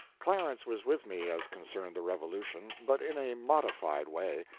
clarence was with me as concerned the revolution, but in a modified way.